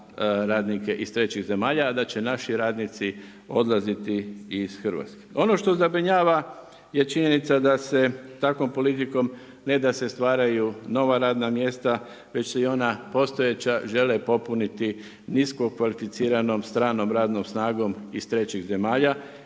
radnike iz trećih zemalja, a da će naši radnici odlaziti iz Hrvatske. Ono što zabrinjava, je činjenica da se takvom politikom, ne da se stvaraju nova radna mjesta, već se i ona postojeća žele popuniti nisko kvalificiranom stranom radnom snagom iz trećih zemalja